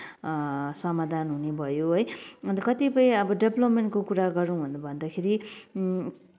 समाधान हुने भयो है अन्त कतिपय अब डेभ्लपमेन्टको कुरा गरौँ भनेर भन्दाखेरि